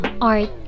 art